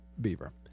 Beaver